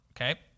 okay